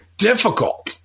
difficult